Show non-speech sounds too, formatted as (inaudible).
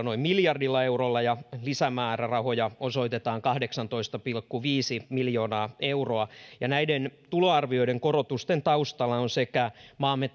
(unintelligible) noin miljardilla eurolla ja lisämäärärahoja osoitetaan kahdeksantoista pilkku viisi miljoonaa euroa ja näiden tuloarvioiden korotusten taustalla on maamme (unintelligible)